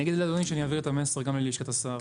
אני אעביר את המסר גם ללשכת השר.